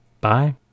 Bye